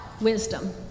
wisdom